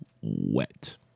wet